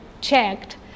checked